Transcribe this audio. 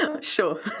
Sure